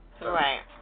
Right